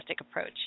Approach